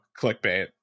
clickbait